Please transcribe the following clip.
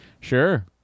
Sure